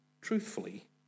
truthfully